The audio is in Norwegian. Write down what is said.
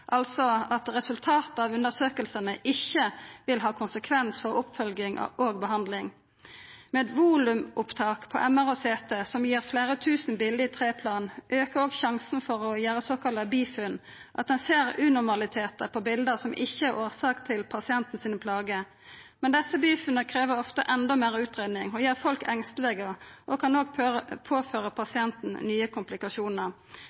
vil ha konsekvens for oppfølging og behandling. Med eit volumopptak for MR og CT, som gir fleire tusen bilde i tre plan, aukar òg sjansen for å gjera såkalla bifunn – at ein ser unormalitetar på bilda som ikkje er årsak til pasienten sine plager. Desse bifunna krev ofte enno meir utgreiing og gjer folk engestelege, og dei kan